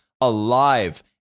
alive